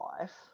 life